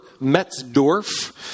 Metzdorf